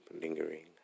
lingering